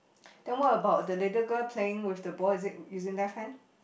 then what about the little girl playing with the ball is it using left hand